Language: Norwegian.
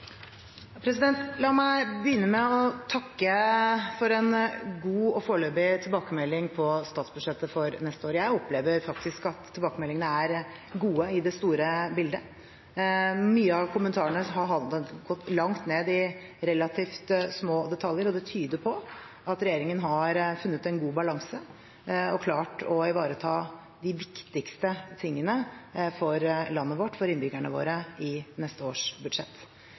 statsbudsjettet for neste år. Jeg opplever faktisk at tilbakemeldingene er gode i det store bildet. Mange av kommentarene har gått langt ned i relativt små detaljer. Det tyder på at regjeringen har funnet en god balanse og klart å ivareta de viktigste tingene for landet vårt og for innbyggerne våre i neste års budsjett.